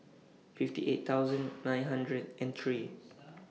fifty eight thousand nine hundred and three